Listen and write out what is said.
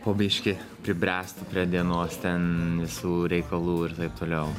po biškį pribręsti prie dienos ten visų reikalų ir taip toliau